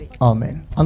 Amen